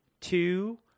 Two